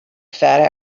fat